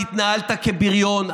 התנהלת כבריון.